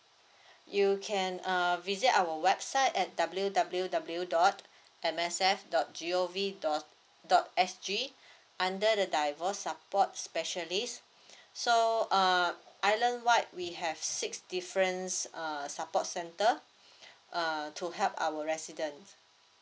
you can err visit our website at W_W_W dot M S F dot G_O_V dot dot S_G under the divorce support specialist so err island wide we have six difference err support centre err to help our residence